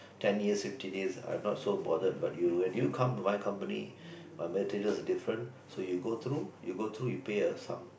ten years fifteen years I'm not so bothered but you when you come to my company my materials are different so you go through you go through you pay a sum